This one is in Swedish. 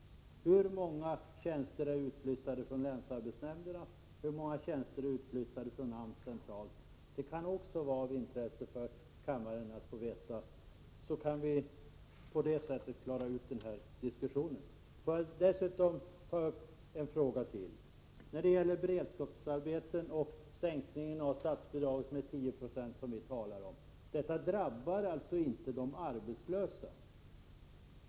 Hur många tjänster är utflyttade från länsarbetsnämnderna, och hur många är utflyttade från AMS centralt? Det kan vara av intresse för kammaren att få veta detta. På så sätt kan vi klara ut den här diskussionen. Får jag så ta upp en fråga till. Den sänkning av statsbidraget till beredskapsarbeten med 10 20 som vi talar om drabbar inte de arbetslösa.